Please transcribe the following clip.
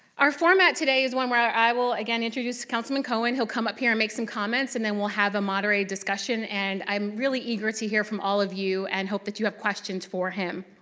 our format today is one where i will again introduce councilman cohen. he'll come up here and make some comments and then we'll have a moderated discussion, and i'm really eager to hear from all of you and hope that you have questions for him.